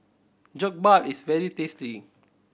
jokbal is very tasty